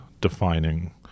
defining